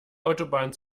autobahn